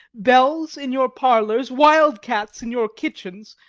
bells in your parlours, wild cats in your kitchens,